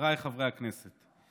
חבריי חברי הכנסת,